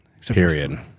Period